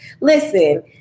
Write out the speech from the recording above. Listen